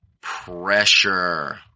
pressure